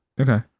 Okay